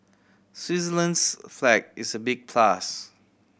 Switzerland's flag is a big plus